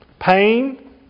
Pain